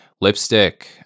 lipstick